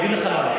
אני אגיד לך למה.